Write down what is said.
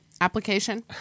application